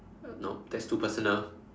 uh no that's too personal